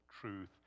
truth